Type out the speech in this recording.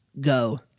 go